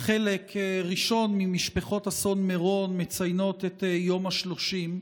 חלק ראשון ממשפחות אסון מירון מציינות את יום השלושים,